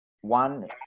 one